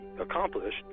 accomplished